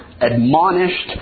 admonished